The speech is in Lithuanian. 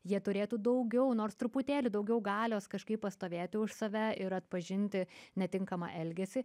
jie turėtų daugiau nors truputėlį daugiau galios kažkaip pastovėti už save ir atpažinti netinkamą elgesį